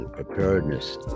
preparedness